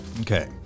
Okay